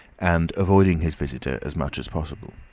and avoiding his visitor as much as possible.